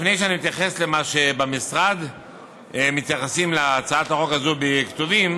לפני שאני מתייחס לדרך שבמשרד מתייחסים להצעת החוק הזאת בכתובים,